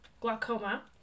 Glaucoma